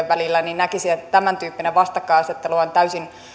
välillä niin näkisin että tämäntyyppinen vastakkainasettelu on täysin